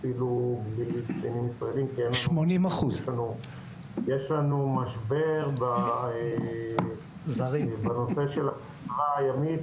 יש לנו משבר בנושא של התחבורה הימית,